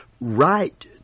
right